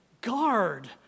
Guard